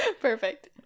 perfect